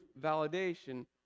validation